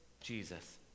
Jesus